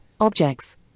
objects